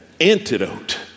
antidote